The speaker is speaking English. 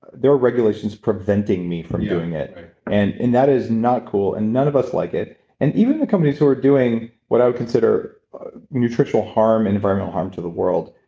there are regulations preventing me from doing it right and and that is not cool and none of us like it and even the companies who are doing what i would consider nutritional harm and environmental harm to the world,